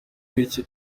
bityo